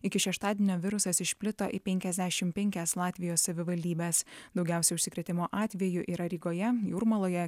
iki šeštadienio virusas išplito į penkiasdešim penkias latvijos savivaldybes daugiausia užsikrėtimo atvejų yra rygoje jūrmaloje